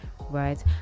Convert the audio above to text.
right